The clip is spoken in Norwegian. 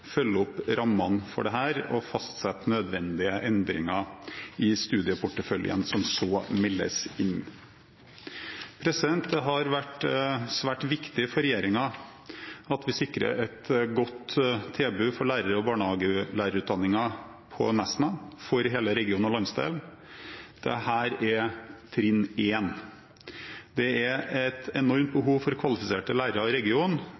følge opp rammene for dette og fastsette nødvendige endringer i studieporteføljen, som så meldes inn. Det har vært svært viktig for regjeringen at vi sikrer et godt tilbud for lærer- og barnehagelærerutdanningen på Nesna for hele regionen og landsdelen. Dette er trinn én. Det er et enormt behov for kvalifiserte lærere i regionen,